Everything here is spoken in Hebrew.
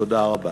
תודה רבה.